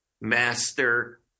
master